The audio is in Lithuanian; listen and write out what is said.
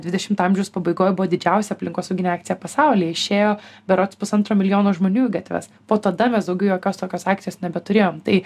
dvidešimto amžiaus pabaigoje buvo didžiausia aplinkosauginė akcija pasaulyje išėjo berods pusantro milijono žmonių į gatves po tada mes daugiau jokios tokios akcijos nebeturėjom tai